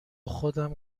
خودم